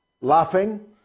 laughing